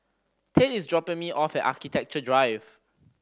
tate is dropping me off at Architecture Drive